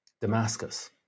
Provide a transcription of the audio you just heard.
Damascus